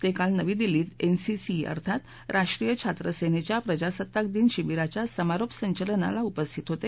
ते काल नवी दिल्लीत एनसीसी अर्थात राष्ट्रीय छात्र सेनेच्या प्रजासत्ताक दिन शिबिराच्या समारोप संचलनात उपस्थित होते